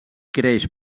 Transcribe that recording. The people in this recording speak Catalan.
creix